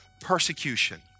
persecution